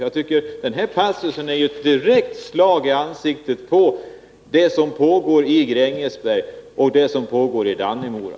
Jag tycker denna passus är ett direkt slag mot vad som pågår i Grängesberg och i Dannemora.